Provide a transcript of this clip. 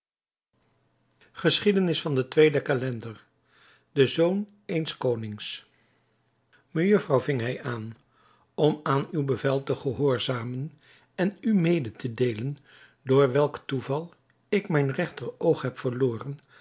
geschiedenis van den tweeden calender den zoon eens konings mejufvrouw ving hij aan om aan uw bevel te gehoorzamen en u mede te deelen door welk toeval ik mijn regteroog heb verloren